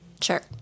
Sure